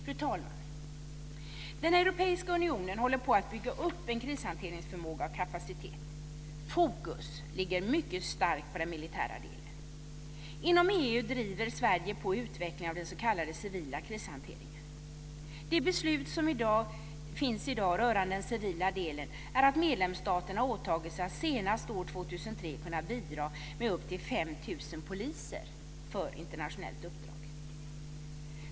Fru talman! Den europeiska unionen håller på att bygga upp en krishanteringsförmåga och en kapacitet. Fokus ligger mycket starkt på den militära delen. Inom EU driver Sverige på utvecklingen av den s.k. civila krishanteringen. De beslut som finns i dag rörande den civila delen innebär att medlemsstaterna har åtagit sig att senast år 2003 kunna bidra med upp till 5 000 poliser för internationellt uppdrag.